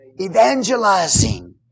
Evangelizing